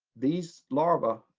these larvae,